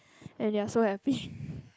and they are so happy